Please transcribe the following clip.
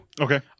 Okay